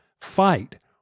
fight